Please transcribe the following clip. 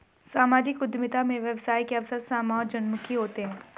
सामाजिक उद्यमिता में व्यवसाय के अवसर समाजोन्मुखी होते हैं